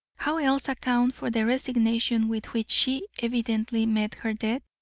how else account for the resignation with which she evidently met her death?